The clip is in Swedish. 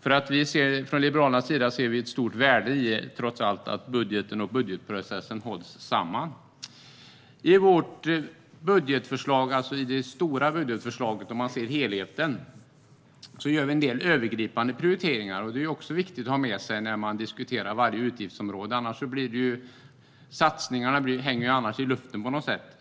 för från Liberalernas sida ser vi trots allt ett stort värde i att budgeten och budgetprocessen hålls samman. I vårt budgetförslag, det stora budgetförslaget, gör vi en del övergripande prioriteringar, vilket är viktigt att ha med sig när man diskuterar varje utgiftsområde. Annars hänger ju satsningarna i luften på något sätt.